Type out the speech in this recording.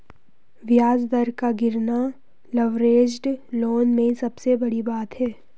ब्याज दर का गिरना लवरेज्ड लोन में सबसे बड़ी बात है